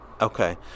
Okay